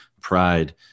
Pride